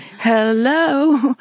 Hello